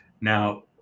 now